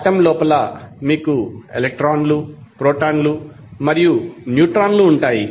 atom లోపల మీకు ఎలక్ట్రాన్లు ప్రోటాన్లు మరియు న్యూట్రాన్లు ఉంటాయి